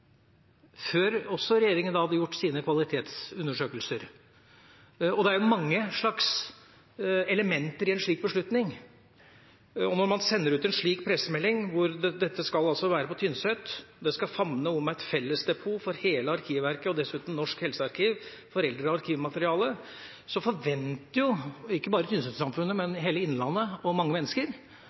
også før regjeringen hadde gjort sine kvalitetsundersøkelser. Det er mange slags elementer i en slik beslutning, og når man sender ut en slik pressemelding, hvor det står at dette skal være på Tynset, det «skal famne om eit fellesdepot for heile Arkivverket og dessutan Norsk helsearkiv for eldre arkivmateriale», så forventer ikke bare Tynset-samfunnet, men hele Innlandet og mange mennesker